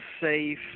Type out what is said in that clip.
safe